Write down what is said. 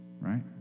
right